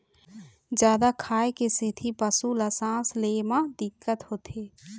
जादा खाए के सेती पशु ल सांस ले म दिक्कत होथे